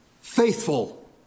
Faithful